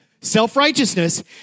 Self-righteousness